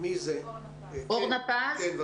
אנחנו